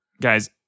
Guys